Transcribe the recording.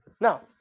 Now